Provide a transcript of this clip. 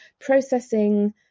processing